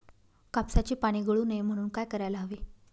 कापसाची पाने गळू नये म्हणून काय करायला हवे?